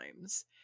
times